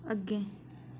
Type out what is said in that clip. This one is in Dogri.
अग्गें